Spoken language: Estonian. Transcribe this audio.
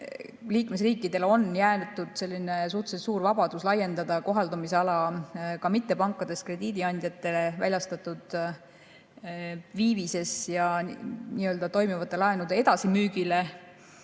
liikmesriikidele on jäetud suhteliselt suur vabadus laiendada kohaldamisala ka mittepankadest krediidiandjatele väljastatud viivises ja nii-öelda toimivate laenude edasimüügile.